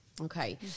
Okay